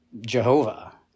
Jehovah